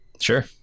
sure